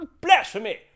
Blasphemy